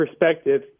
perspective